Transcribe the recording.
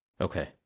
Okay